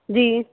जी